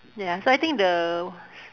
ya so I think the